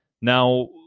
Now